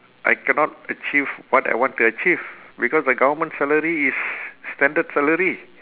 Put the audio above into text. I cannot achieve what I want to achieve because the government salary is standard salary